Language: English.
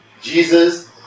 Jesus